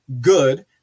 Good